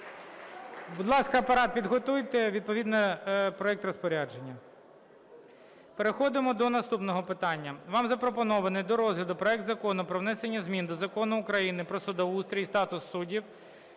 Будь ласка, Апарат підготуйте відповідний проект розпорядження. Переходимо до наступного питання. Вам запропонований до розгляду Проект Закону про внесення змін до Закону України "Про судоустрій і статус суддів"